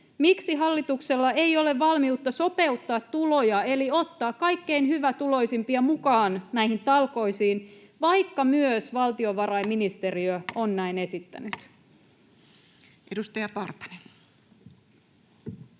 Miksi hallituksella ei ole valmiutta sopeuttaa tuloja eli ottaa kaikkein hyvätuloisimpia mukaan näihin talkoisiin, vaikka myös valtiovarainministeriö on